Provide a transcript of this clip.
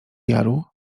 jaru